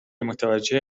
متوجه